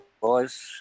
boys